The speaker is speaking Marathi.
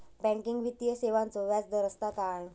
बँकिंग वित्तीय सेवाचो व्याजदर असता काय?